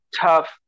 tough